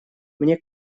мне